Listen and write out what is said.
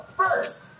first